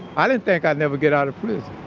i didn't think i'd ever get out of prison.